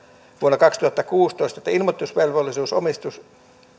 vuonna kaksituhattakuusitoista että ilmoittamisvelvollisuus omistus